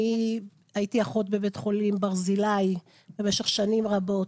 אני הייתי אחות בבית חולים ברזילי במשך שנים רבות.